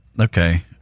Okay